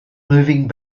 moving